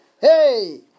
Hey